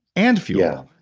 and fuel,